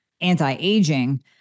anti-aging